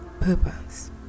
purpose